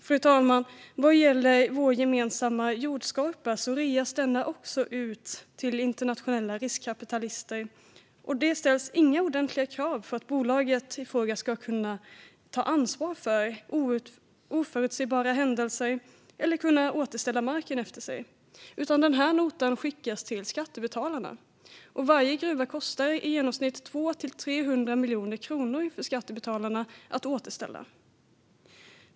Fru talman! Också vår jordskorpa reas ut till internationella riskkapitalister. Det ställs inga ordentliga krav på att bolagen ska kunna ta ansvar för oförutsägbara händelser eller kunna återställa marken efter sig. Den notan skickas till skattebetalarna. Varje gruva kostar i genomsnitt 200-300 miljoner kronor för skattebetalarna att återställa.